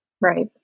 Right